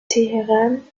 teheran